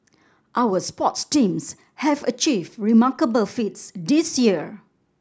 our sports teams have achieved remarkable feats this year